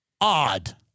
Odd